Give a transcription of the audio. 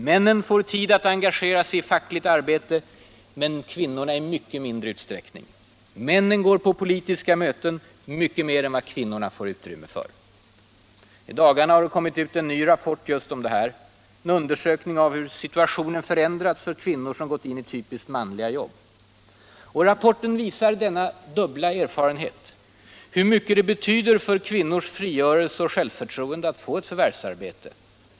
Männen får tid att engagera sig i fackligt arbete, kvinnorna i mycket mindre utsträckning. Männen går på politiska möten mycket mer än vad kvinnorna får utrymme för. I dagarna har det kommit ut en ny rapport om just detta. Det är en undersökning av hur situationen har förändrats för kvinnor som gått in i typiskt manliga jobb. Rapporten visar denna dubbla erfarenhet. Den visar hur mycket det betyder för kvinnors frigörelse och självförtroende att få ett förvärvsarbete.